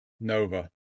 Nova